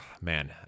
Man